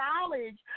knowledge